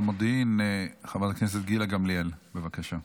שרת המודיעין חברת הכנסת גילה גמליאל, בבקשה,